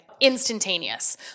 instantaneous